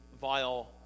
vile